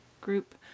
group